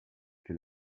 que